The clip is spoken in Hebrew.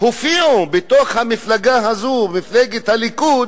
הופיעו בתוך המפלגה הזאת, מפלגת הליכוד,